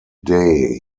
day